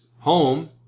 Home